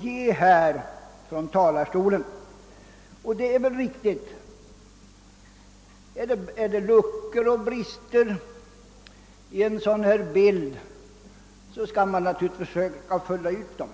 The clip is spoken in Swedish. ge från denna talarstol. Ja, om det finns luckor och brister i den bilden, bör man ju försöka fylla ut dem.